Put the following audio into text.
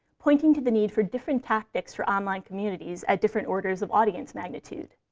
pointing to the need for different tactics for online communities at different orders of audience magnitude.